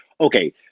okay